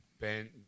Ben